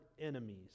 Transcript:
enemies